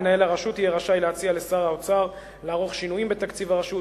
מנהל הרשות יהיה רשאי להציע לשר האוצר לערוך שינויים בתקציב הרשות,